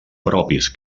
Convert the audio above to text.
propis